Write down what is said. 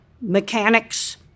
mechanics